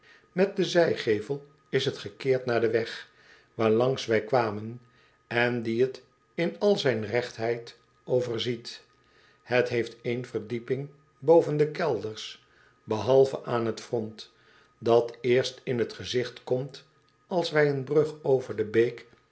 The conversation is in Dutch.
met den zijgevel is het gekeerd naar den weg waarlangs wij kwamen en dien het in al zijn regtheid overziet het heeft ééne verdieping boven de kelders behalve aan het front dat eerst in t gezigt komt als wij een brug over de beek